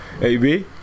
AB